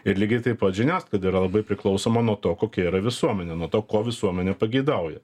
ir lygiai taip pat žiniasklaida yra labai priklausoma nuo to kokia yra visuomenė nuo to ko visuomenė pageidauja